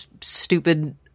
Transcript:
stupid